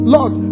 Lord